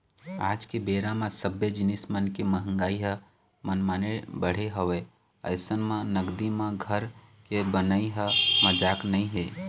आज के बेरा म सब्बे जिनिस मन के मंहगाई ह मनमाने बढ़े हवय अइसन म नगदी म घर के बनई ह मजाक नइ हे